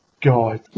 God